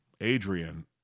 adrian